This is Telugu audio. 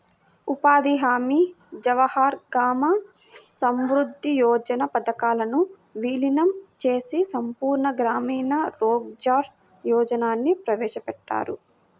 ఉపాధి హామీ, జవహర్ గ్రామ సమృద్ధి యోజన పథకాలను వీలీనం చేసి సంపూర్ణ గ్రామీణ రోజ్గార్ యోజనని ప్రవేశపెట్టారు